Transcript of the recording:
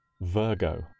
Virgo